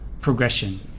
progression